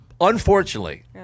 unfortunately